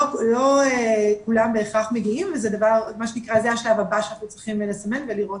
לא כולם בהכרח מגיעים וזה השלב הבא שאנחנו צריכים לסמן ולראות